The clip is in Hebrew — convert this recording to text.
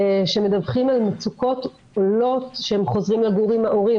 שמדווחים על מצוקות עולות שהם חוזרים לגור עם ההורים,